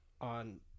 on